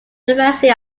university